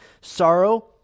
sorrow